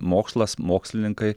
mokslas mokslininkai